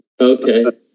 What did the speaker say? Okay